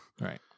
Right